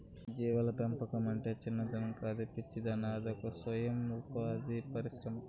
జీవాల పెంపకమంటే చిన్నతనం కాదే పిచ్చిదానా అదొక సొయం ఉపాధి పరిశ్రమ